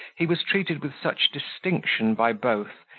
he was treated with such distinction by both,